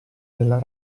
della